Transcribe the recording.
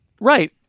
right